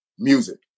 music